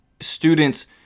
students